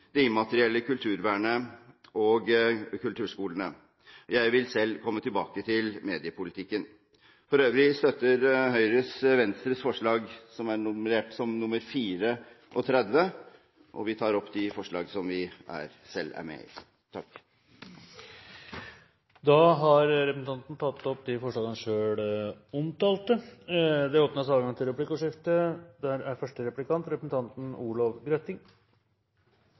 det immaterielle kulturvernet og kulturskolene. Jeg vil selv komme tilbake til mediepolitikken. For øvrig støtter Høyre Venstres forslag nr. 34, og jeg tar opp de forslagene som vi selv er med på. Representanten Olemic Thommessen har tatt opp de forslagene han refererte til. Det blir replikkordskifte. Opposisjonspartienes forslag til kulturbudsjett er veldig forskjellige. Det ligger an til